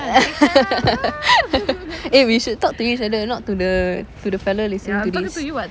eh we should talk to each other not to the to the fella listening to this